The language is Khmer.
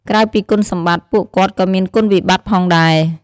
ក្រៅពីគុណសម្បត្តិ ពួកគាត់ក៏មានគុណវិបត្តិផងដែរ។